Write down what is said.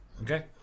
Okay